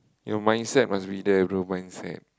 your mindset must be there bro mindset